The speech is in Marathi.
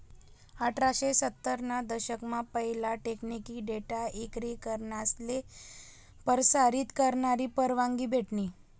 अठराशे सत्तर ना दशक मा पहिला टेकनिकी डेटा इक्री करनासले परसारीत करानी परवानगी भेटनी